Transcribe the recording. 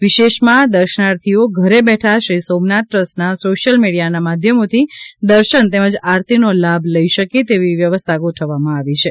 વિશેષમાં દર્શનાર્થીઓ ઘરે બેઠા શ્રી સોમનાથ ટ્રસ્ટના સોશ્યલ મીડીયાના માધ્યમોથી દર્શન તેમજ આરતીનો લાભ લઇ શકે તેવી વ્યવસ્થા ગોઠવવામાં આવી છે